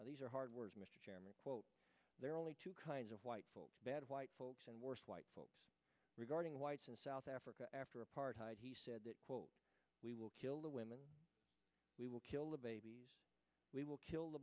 quote these are hard words mr chairman quote there are only two kinds of white bad white folks and worst white folks regarding whites in south africa after apartheid he said quote we will kill the women we will kill the babies we will kill the